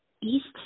east